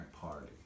Party